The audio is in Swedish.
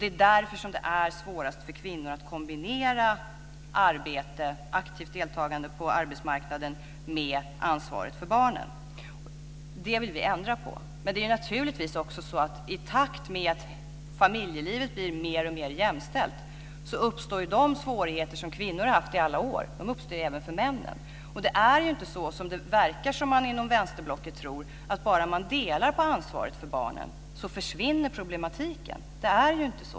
Det är därför som det är svårast för kvinnor att kombinera aktivt deltagande på arbetsmarknaden med ansvaret för barnen. Det vill vi ändra på. Det är naturligtvis också så att i takt med att familjelivet blir mer och mer jämställt uppstår även för männen de svårigheter som kvinnor i alla år har haft. Det är inte så, som man verkar tro inom vänsterblocket, att bara man delar på ansvaret för barnen försvinner problematiken.